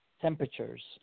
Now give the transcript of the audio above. temperatures